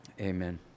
Amen